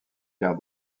quart